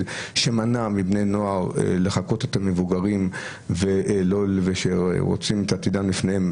שמנע מבני נוער לחקות את המבוגרים שרוצים את עתידם לפניהם,